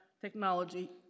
technology